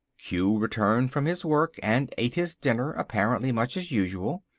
q returned from his work, and ate his dinner apparently much as usual,